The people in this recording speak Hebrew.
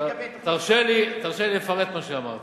תרשה לי לפרט מה שאמרתי.